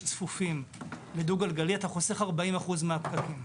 צפופים לדו כלכלי אתה חוסך 40% מהפקקים.